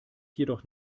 jedoch